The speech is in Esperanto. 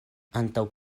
antaŭ